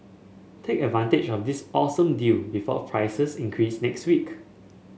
take advantage of this awesome deal before prices increase next week